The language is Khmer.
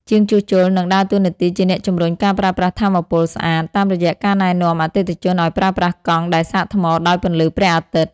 ជាងជួសជុលនឹងដើរតួនាទីជាអ្នកជំរុញការប្រើប្រាស់ថាមពលស្អាត តាមរយៈការណែនាំអតិថិជនឱ្យប្រើប្រាស់កង់ដែលសាកថ្មដោយពន្លឺព្រះអាទិត្យ។